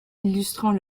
illustrant